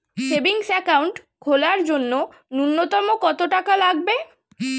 Savings account খোলার জন্য নূন্যতম কত টাকা লাগবে?